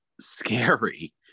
scary